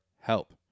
help